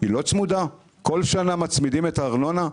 לא צמודה?! כל שנה מצמידים את הארנונה.